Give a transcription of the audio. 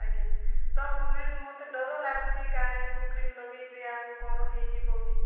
ଆଜ୍ଞା ତ ମ୍ୟାମ ମୋତେ ଡ଼ର ଲାଗୁଛି କାଳେ କୋଉ କ୍ରିମ ଲଗେଇକି ଆଉ କଣ ହେଇଯିବ କି